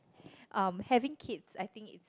um having kids I think it's